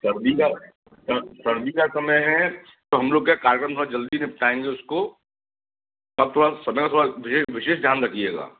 सर्दी का सर सर्दी का समय है तो हम लोग क्या कार्यक्रम थोड़ा जल्दी निपटाएंगे उसको आप थोड़ा समय का थोड़ा विशेष ध्यान रखिएगा